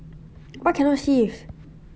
what cannot shift